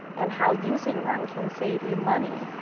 and how using them can save you money,